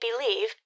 believe